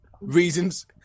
reasons